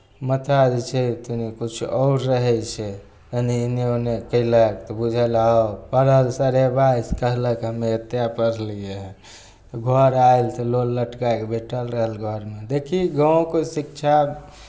मोहताज छै तनी किछु आओर रहै छै कनी एनऽ ओनऽ कयलक तऽ बुझाएल हँ पढ़ल साढ़े बाइस कहलक हमे एतेक पढ़लियै हऽ तऽ घर आयल तऽ लोल लटकाय कऽ बैठल रहल घरमे देखही गाँवके शिक्षा